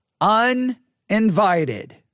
uninvited